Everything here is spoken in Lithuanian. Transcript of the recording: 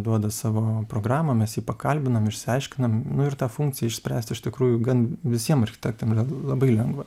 duoda savo programą mes jį pakalbinam išsiaiškinam nu ir tą funkciją išspręst iš tikrųjų gan visiem architektam yra labai lengva